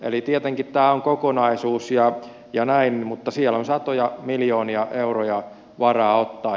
eli tietenkin tämä on kokonaisuus ja näin mutta siellä on satoja miljoonia euroja varaa ottaa